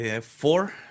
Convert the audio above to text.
four